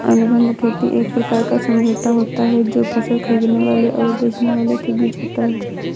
अनुबंध खेती एक प्रकार का समझौता होता है जो फसल खरीदने वाले और बेचने वाले के बीच होता है